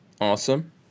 Awesome